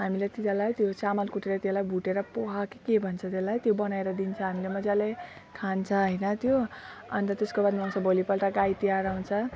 हामीले तिनीहरूलाई त्यो चामल कुटेर त्यसलाई भुटेर पोहा कि के भन्छ त्यसलाई त्यो बनाएर दिन्छ हामी मजाले खान्छ होइन त्यो अन्त त्यसको बादमा आउँछ भोलि पल्ट गाई तिहार आउँछ